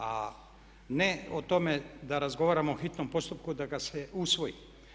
A ne o tome da razgovaramo o hitnom postupku da ga se usvoji.